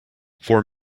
four